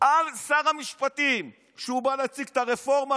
על שר המשפטים כשהוא בא להציג את הרפורמה,